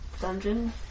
dungeon